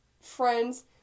friends